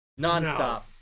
Nonstop